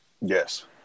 Yes